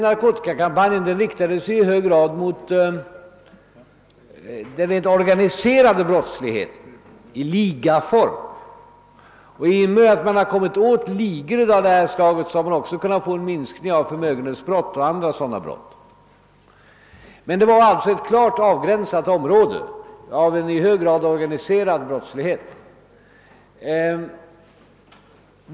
Narkotikakampanjen riktades i hög grad mot den direkt organiserade brottsligheten i ligaform, och i och med att man kommit åt ligor av detta slag har man även kunnat få till stånd en minskning av förmögenhetsbrotten och andra brott. Det gällde dock ett klart avgränsat område, ty det var en i hög grad organiserad brottslighet.